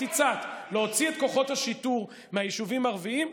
הצעת להוציא את כוחות השיטור מהיישובים הערביים,